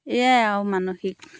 এয়াই আৰু মানসিক